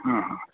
हां हां